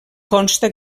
consta